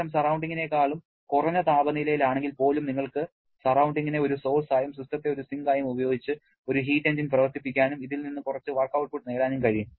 system സറൌണ്ടിങ്ങിനെക്കാളും കുറഞ്ഞ താപനിലയിലാണെങ്കിൽ പോലും നിങ്ങൾക്ക് സറൌണ്ടിങ്ങിനെ ഒരു സോഴ്സ് ആയും സിസ്റ്റത്തെ ഒരു സിങ്കായും ഉപയോഗിച്ച് ഒരു ഹീറ്റ് എഞ്ചിൻ പ്രവർത്തിപ്പിക്കാനും ഇതിൽ നിന്ന് കുറച്ച് വർക്ക് ഔട്ട്പുട്ട് നേടാനും കഴിയും